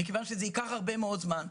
זה ייקח הרבה מאוד זמן.